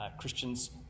Christians